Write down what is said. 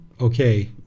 okay